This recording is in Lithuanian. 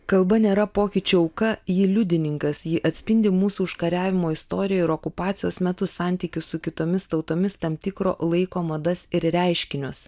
kalba nėra pokyčių auka ji liudininkas ji atspindi mūsų užkariavimo istoriją ir okupacijos metu santykius su kitomis tautomis tam tikro laiko madas ir reiškinius